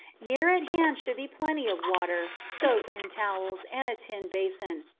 near at hand should be plenty of water, soap, and towels, and a tin basin.